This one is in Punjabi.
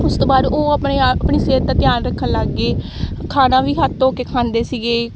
ਉਸ ਤੋਂ ਬਾਅਦ ਉਹ ਆਪਣੇ ਆਪ ਆਪਣੀ ਸਿਹਤ ਦਾ ਧਿਆਨ ਰੱਖਣ ਲੱਗ ਗਏ ਖਾਣਾ ਵੀ ਹੱਥ ਧੋ ਕੇ ਖਾਂਦੇ ਸੀਗੇ